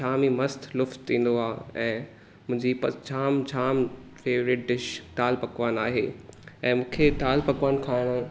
जाम ई मस्त लुत्फ़ ईंदो आहे ऐं मुंहिंजी पर जाम जाम फेवरेट डिश दालि पकवान आहे ऐं मूंखे दालि पकवान खाइणु